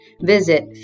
visit